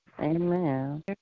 Amen